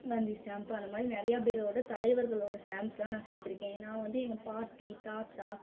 Gandhi stamp அந்த மாதிரி நிறையா பேரோடய தலைவர்களோடய ஸ்டாம்ப்ஸ்ஸெலாம் நான் சேர்த்து இருக்கேன் நான் வந்து எங்கள் பாட்டி தாத்தா